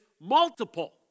multiple